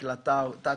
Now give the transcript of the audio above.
לדקלה טקו,